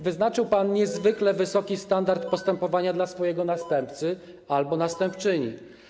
Wyznaczył pan niezwykle wysoki standard postępowania swojemu następcy albo następczyni.